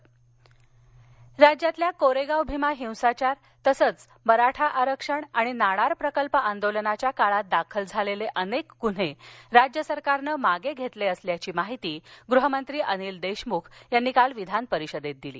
गन्हे मागे राज्यातील कोरेगाव भीमा हिंसाचार तसंच मराठा आरक्षण आणि नाणार प्रकल्प आंदोलनाच्या काळात दाखल झालेले अनेक गुन्हे राज्य सरकारनं मागे घेतले असल्याची माहिती गृहमंत्री अनिल देशमुख यांनी काल विधान परिषदेत दिली